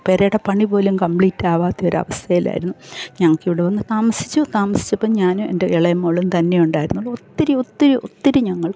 പുരയുടെ പണി പോലും കംപ്ലീറ്റ് ആകാത്ത ഒരവസ്ഥയിലായിരുന്നു ഞങ്ങൾക്കിവിടെ വന്ന് താമസിച്ചു താമസിച്ചപ്പം ഞാനും എൻ്റെ ഇളയ മോളും തന്നെ ഉണ്ടായിരുന്നുള്ളു ഒത്തിരി ഒത്തിരി ഒത്തിരി ഞങ്ങൾക്ക്